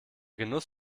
genuss